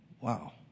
wow